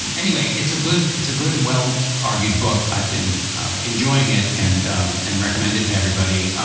um anyway, it's a good it's a good, and well argued book. i've been enjoying it and um and recommended to everybody,